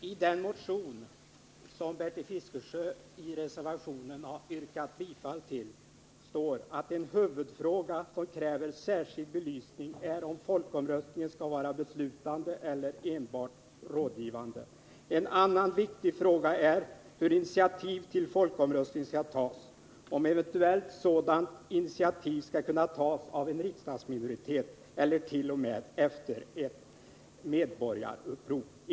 Fru talman! För det första står det, i den motion som Bertil Fiskesjö i reservationen yrkat bifall till, att en huvudfråga som kräver särskild belysning är om folkomröstningsinstitutet skall få vara beslutande eller enbart rådgivande. En annan viktig fråga är hur initiativ till folkomröstning skall tas — och om eventuellt sådant initiativ skall kunna tas av en riksdagsminoritet eller t.o.m. efter ett medborgarupprop.